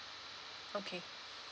okay